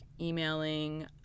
emailing